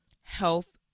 health